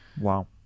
wow